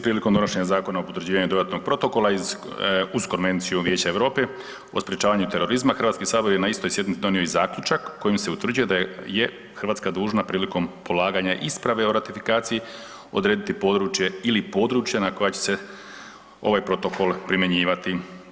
Prilikom donošenja Zakona o potvrđivanju dodatnog protokola uz Konvenciju Vijeća Europe o sprječavanju terorizma Hrvatski sabor je na istoj sjednici donio i zaključak kojim se utvrđuje da je Hrvatska dužna prilikom polaganja isprave o ratifikaciji, odrediti područje ili područja na koja će se ovaj protokol primjenjivati.